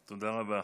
תודה רבה.